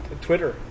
Twitter